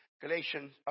Galatians